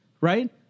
right